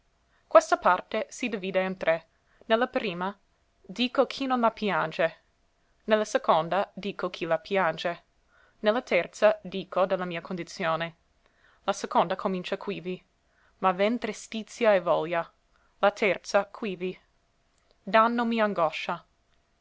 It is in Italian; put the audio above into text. questa parte si divide in tre ne la prima dico chi non la piange ne la seconda dico chi la piange ne la terza dico de la mia condizione la seconda comincia quivi ma ven trestizia e voglia la terza quivi dànnomi angoscia